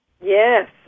Yes